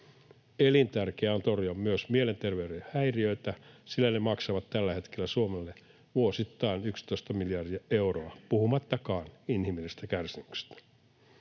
Elintärkeää on torjua myös mielenterveyden häiriöitä, sillä ne maksavat tällä hetkellä Suomelle vuosittain 11 miljardia euroa, puhumattakaan inhimillisestä kärsimyksestä.